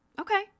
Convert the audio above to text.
okay